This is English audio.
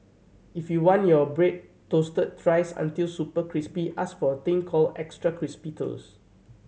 if you want your bread toasted thrice until super crispy ask for a thing called extra crispy toast